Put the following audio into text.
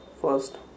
first